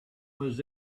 was